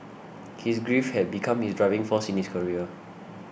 his grief had become his driving force in his career